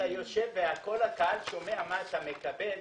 אתה יושב וכל הקהל שומע מה אתה מקבל,